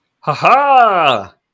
Ha-ha